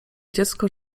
dziecko